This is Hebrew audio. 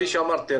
כפי שאמרתי,